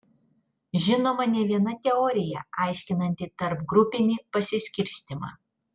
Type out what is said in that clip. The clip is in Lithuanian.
žinoma ne viena teorija aiškinanti tarpgrupinį pasiskirstymą